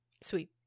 Sweet